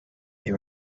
they